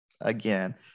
again